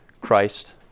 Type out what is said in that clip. Christ